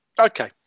Okay